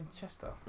Chester